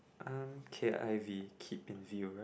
um K_I_V keep in view right